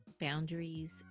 boundaries